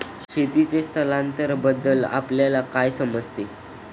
शेतीचे स्थलांतरबद्दल आपल्याला काय समजते?